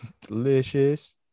Delicious